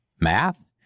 math